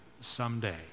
someday